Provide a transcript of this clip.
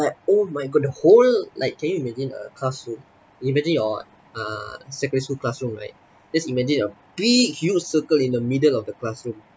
like oh my god the whole like can you imagine a classroom imagine your uh secondary school classroom right just imagine a big huge circle in the middle of the classroom